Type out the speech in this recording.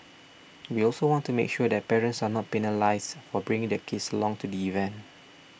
we also want to make sure that parents are not penalised for bringing their kids along to the event